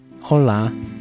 Hola